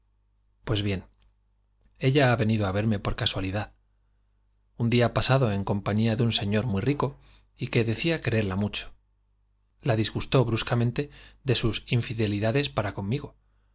pues bien ella ha venido á verme por casua de señor muy lidad un día pasado en compañía un la disgustó brusca rico y que decía quererla mucho mente de sus infidelidades para conmigo